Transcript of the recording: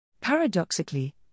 Paradoxically